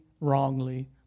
wrongly